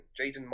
Jaden